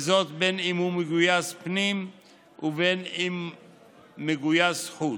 וזאת בין שהוא מגויס פנים ובין שמגויס חוץ.